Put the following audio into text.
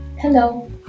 Hello